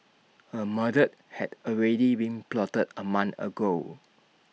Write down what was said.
A murder had already been plotted A month ago